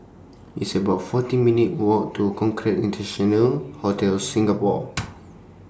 It's about fourteen minutes' Walk to Hotel Singapore